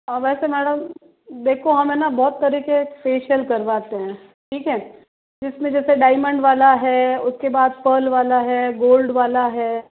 वैसे मैडम देखो हम हैं न बहुत तरह के फेशियल करवाते हैं ठीक है जिसमें जैसे डायमंड वाला है उसके बाद पर्ल वाला है गोल्ड वाला है